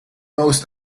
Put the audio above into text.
most